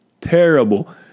terrible